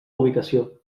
ubicació